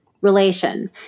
relation